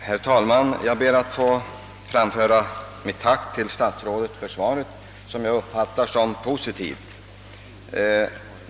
Herr talman! Jag ber att få framföra mitt tack till statsrådet för svaret, som jag uppfattar som positivt.